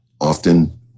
often